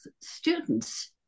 students